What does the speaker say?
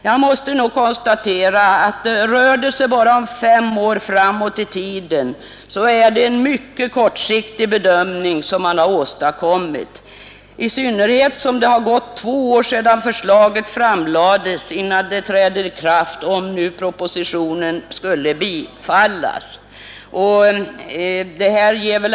Jag måste nog konstatera att om det bara rör sig om fem år framåt i tiden, är den bedömning man har åstadkommit mycket kortsiktig, i synnerhet som det kommer att ha gått två år sedan förslaget framlades innan det träder i kraft — om propositionen skulle komma att bifallas.